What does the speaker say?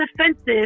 offensive